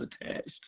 attached